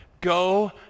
go